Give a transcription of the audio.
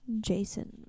Jason